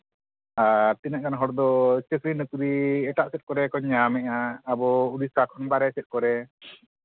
ᱟᱨ ᱛᱤᱱᱟᱹᱜ ᱜᱟᱱ ᱦᱚᱲ ᱫᱚ ᱪᱟᱹᱨᱤ ᱱᱚᱠᱨᱤ ᱮᱴᱟᱜ ᱥᱮᱫ ᱠᱚᱨᱮ ᱠᱚ ᱧᱟᱢᱮᱫᱼᱟ ᱟᱵᱚ ᱩᱲᱤᱥᱥᱟ ᱠᱷᱚᱱ ᱵᱟᱦᱨᱮ ᱥᱮᱫ ᱠᱚᱨᱮ